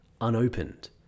unopened